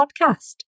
Podcast